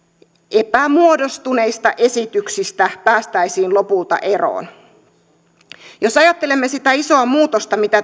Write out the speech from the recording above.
epämuodostuneista esityksistä päästäisiin lopulta eroon jos ajattelemme sitä isoa muutosta mitä